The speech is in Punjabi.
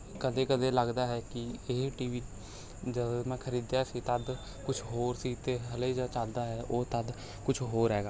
ਕਦੇ ਕਦੇ ਲੱਗਦਾ ਹੈ ਕਿ ਇਹ ਟੀ ਵੀ ਜਦ ਮੈਂ ਖਰੀਦਿਆ ਸੀ ਤਦ ਕੁਛ ਹੋਰ ਸੀ ਅਤੇ ਹਲੇ ਜਦ ਚੱਲਦਾ ਹੈ ਉਹ ਤਦ ਕੁਛ ਹੋਰ ਹੈਗਾ